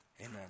Amen